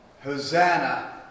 Hosanna